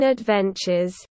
Adventures